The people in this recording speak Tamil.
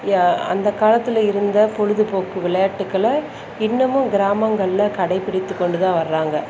அந்த காலத்தில் இருந்த பொழுதுப்போக்கு விளையாட்டுகளை இன்னமும் கிராமங்களில் கடைப்பிடித்துக்கொண்டு தான் வராங்க